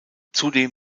zudem